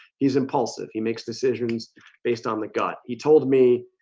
he's impulsive. he makes decisions based on the gut. he told me